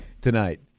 tonight